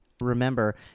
Remember